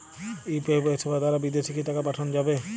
UPI পরিষেবা দারা বিদেশে কি টাকা পাঠানো যাবে?